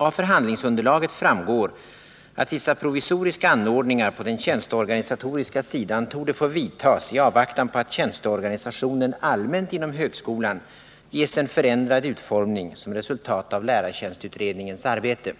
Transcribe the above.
Av förhandlingsunderlaget framgår att vissa provisoriska anordningar på den tjänsteorganisatoriska sidan torde få vidtas i avvaktan på att tjänsteorganisationen allmänt inom högskolan ges en förändrad utformning som resultat av lärartjänstutredningens arbete.